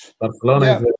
Barcelona